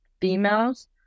females